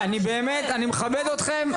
אני באמת, אני מכבד אתכם.